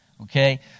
okay